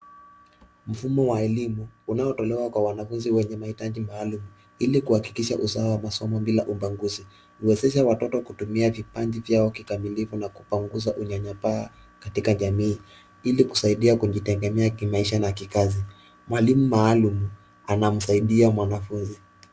Mfumo wa elimu unao tolewa kwa wanafunzi wenye mahitaji maalum ili kuhakikisha usawa wa masomo bila ubaguzi. Huwezesha watoto kutumia vipaji vyao kikamilifu na kupunguza unyanyapaa katika jamii ili kusaidia kujitegemea kimaisha na kikazi. Mwalimu maalum anamsaidia mwanafunzi.